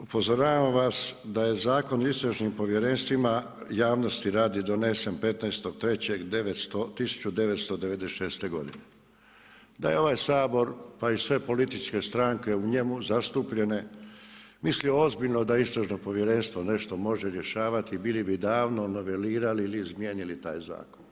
Upozoravam vas da je Zakon o Istražnim povjerenstvima javnosti radi donesen 15.03.1996. godine, da je ovaj Sabor pa i sve političke stranke u njemu zastupljene mislio ozbiljno da Istražno povjerenstvo nešto može rješavati bili bi davno novelirali ili izmijenili taj zakon.